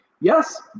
Yes